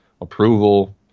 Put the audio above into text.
approval